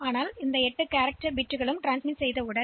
எனவே 8 பிட் கடத்திய பிறகு நாம் கேரி பிட்களை கடத்த வேண்டும்